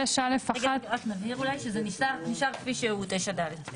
רגע, רק נבהיר אולי שזה נשאר כפי שהוא 4(ד).